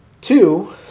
Two